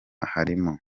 harimo